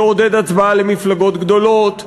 יעודד הצבעה למפלגות גדולות,